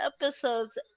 episodes